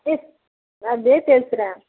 miss நான் பேசுகிறேன்